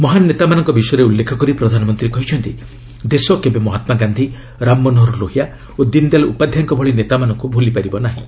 ମହାନ ନେତାମାନଙ୍କ ବିଷୟରେ ଉଲ୍ଲେଖ କରି ପ୍ରଧାନମନ୍ତ୍ରୀ କହିଛନ୍ତି ଦେଶ କେବେ ମହାତ୍ମା ଗାନ୍ଧି ରାମ ମନୋହର ଲୋହିଆ ଓ ଦିନଦୟାଲ ଉପାଧ୍ୟାୟଙ୍କ ଭଳି ନେତାମାନଙ୍କୁ ଭୁଲି ପାରିବ ନାହିଁ